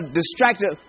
distracted